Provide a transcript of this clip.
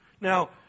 Now